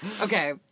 okay